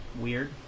Weird